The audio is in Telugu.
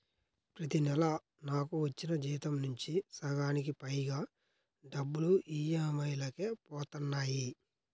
ప్రతి నెలా నాకు వచ్చిన జీతం నుంచి సగానికి పైగా డబ్బులు ఈ.ఎం.ఐ లకే పోతన్నాయి